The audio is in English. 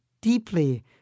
deeply